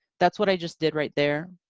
that's what i just did right there,